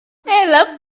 ella